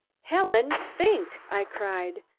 helen, think! i cried,